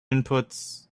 inputs